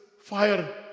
fire